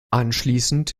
anschließend